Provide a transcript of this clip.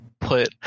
put